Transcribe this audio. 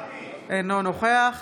אינו נוכח